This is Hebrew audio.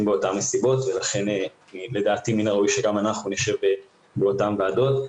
באותן מסיבות ולכן לדעתי מן הראוי שגם אנחנו נשב באותן ועדות.